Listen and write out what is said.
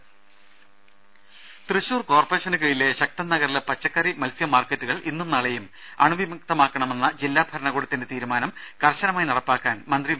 രുമ തൃശൂർ കോർപ്പറേഷന് കീഴിലുള്ള ശക്തൻ നഗറിലെ പച്ചക്കറി മത്സ്യ മാർക്കറ്റുകൾ ഇന്നും നാളെയും അണുവിമുക്തമാക്കണമെന്ന ജില്ലാഭരണകൂടത്തിന്റെ തീരുമാനം കർശനമായി നടപ്പിലാക്കാൻ മന്ത്രി വി